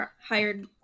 hired